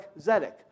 Zedek